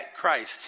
Christ